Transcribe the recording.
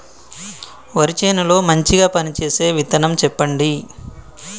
వరి చేను లో మంచిగా పనిచేసే విత్తనం చెప్పండి?